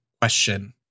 question